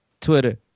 Twitter